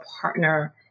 partner